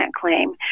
claim